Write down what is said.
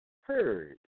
heard